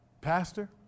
Pastor